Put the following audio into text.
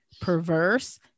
perverse